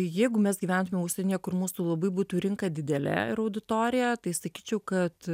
jeigu mes gyventumėm užsienyje kur mūsų labai būtų rinka didelė ir auditorija tai sakyčiau kad